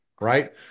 right